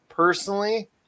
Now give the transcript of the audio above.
Personally